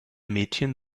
mädchen